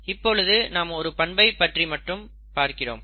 இப்பொழுது நாம் ஒரு பண்பை பற்றி மட்டும் பார்க்கிறோம்